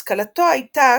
השכלתו הייתה,